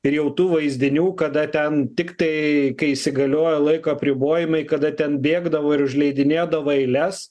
ir jau tų vaizdinių kada ten tiktai kai įsigaliojo laiko apribojimai kada ten bėgdavo ir užleidinėdavo eiles